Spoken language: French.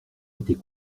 était